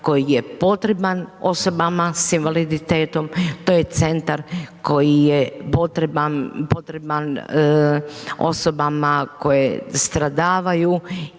koji je potreban osobama s invaliditetom, to je centar koji je potreban osobama koje stradavaju